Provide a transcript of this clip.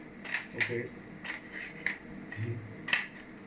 okay mm